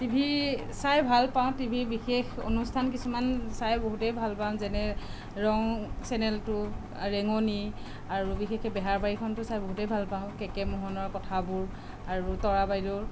TV চাই ভাল পাওঁ টিভিৰ বিশেষ অনুষ্ঠান কিছুমান চাই বহুতেই ভাল পাওঁ যেনে ৰং চেনেলটো ৰেঙনি আৰু বিশেষকে বেহাৰবাৰীখনটো চাই বহুতেই ভাল পাওঁ কেকে মোহনৰ কথাবোৰ আৰু তৰা বাইদেউৰ